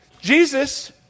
Jesus